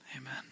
Amen